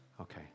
Okay